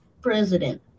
President